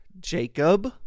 Jacob